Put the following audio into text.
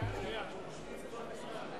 כל מלה נרשמת.